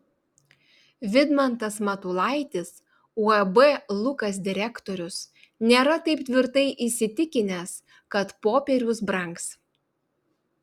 vidmantas matulaitis uab lukas direktorius nėra taip tvirtai įsitikinęs kad popierius brangs